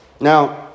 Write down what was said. Now